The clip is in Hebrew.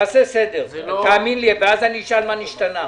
תעשה סדר ואז אשאל מה נשתנה.